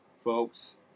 folks